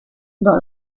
dans